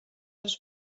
els